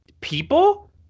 People